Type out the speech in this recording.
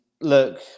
look